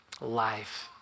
life